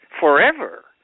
forever